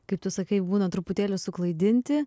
kaip tu sakai būna truputėlį suklaidinti